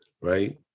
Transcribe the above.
right